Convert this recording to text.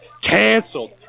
canceled